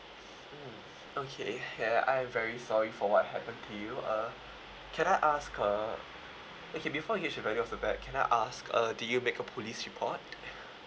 mm okay ya I am very sorry for what happened to you uh can I ask uh okay before you gauge the value of the bag can I ask uh did you make a police report